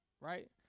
right